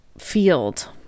field